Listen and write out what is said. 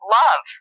love